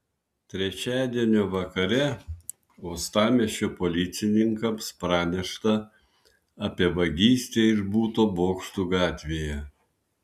trečiadienį vakare uostamiesčio policininkams pranešta apie vagystę iš buto bokštų gatvėje